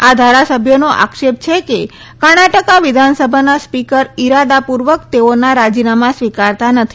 આ ધારાસભ્યોનો આક્ષે છે કે કર્ણાટકા વિધાનસભાના ક્ષ કર ઈરાદાપૂર્વક તેઓના રાજીનામા સ્વિકારતા નથી